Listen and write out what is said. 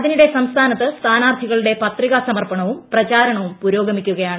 അതിനിടെ സംസ്ഥാനത്ത് സ്ഥാനാർത്ഥികളുടെ പത്രികാ സമർപ്പണവും പ്രചാരണവും പുരോഗമിക്കുകയാണ്